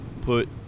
put